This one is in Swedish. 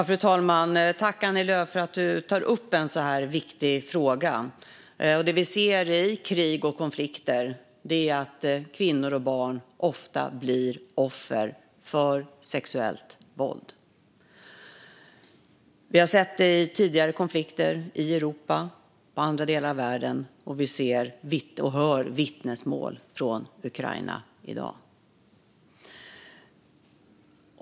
Fru talman! Jag tackar Annie Lööf för att hon tar upp en så viktig fråga. Det vi ser i krig och konflikter är att kvinnor och barn ofta blir offer för sexuellt våld. Vi har sett det i tidigare konflikter i Europa och andra delar av världen, och vi hör vittnesmål från Ukraina i dag.